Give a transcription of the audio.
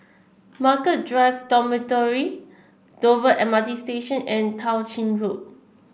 Margaret Drive Dormitory Dover M R T Station and Tao Ching Road